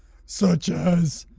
such as.